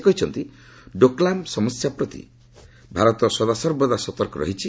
ସେ କହିଛନ୍ତି ଡୋକ୍ଲାଗମ୍ ସମସ୍ୟା ପ୍ରତି ଭାରତ ସଦାସର୍ବଦା ସତର୍କ ରହିଛି